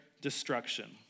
destruction